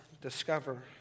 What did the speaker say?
discover